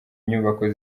inyubako